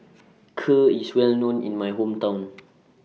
Kheer IS Well known in My Hometown